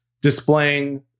displaying